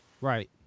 Right